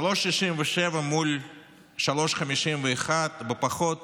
3.67 מול 3.51 בפחות